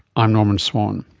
i'm norman swan.